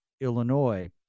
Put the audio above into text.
Illinois